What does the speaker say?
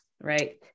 right